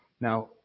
Now